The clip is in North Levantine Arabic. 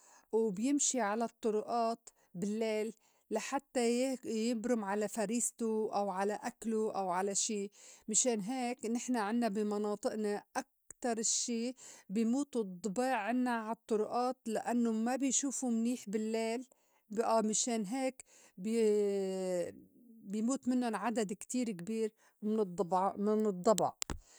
وبيمشي على الطُّرقات باللّيل لحتّى يا- يبرُم على فريسته أو على أكله أو على شي. مِشان هيك نِحن عِنّا بي مناطقنا أكتر اشّي بيموتو الضّباع عِنّا الطُّرقات لإنّو ما بي شوفوا منيح باللّيل. بئى مِشان هيك بيا- بي موت مِنّن عدد كتير كبير من الضّباع من الضّبع.